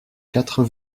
quatre